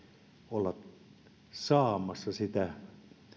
olla saamassa sitä